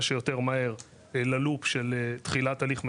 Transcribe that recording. שיותר מהר ללופ של תחילת הליך המדורג,